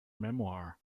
memoir